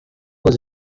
was